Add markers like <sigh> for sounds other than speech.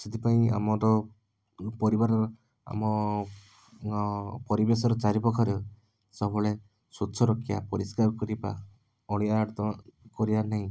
ସେଥିପାଇଁ ଆମର ପରିବାରର ଆମ ପରିବେଶର ଚାରିପାଖରେ ସବୁବେଳେ ସ୍ଵଚ୍ଛ ରଖିବା ପରିଷ୍କାର କରିବା ଅଳିଆ <unintelligible> କରିବା ନାହିଁ